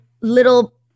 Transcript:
little